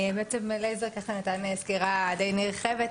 אליעזר נתן סקירה די נרחבת,